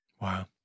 Wow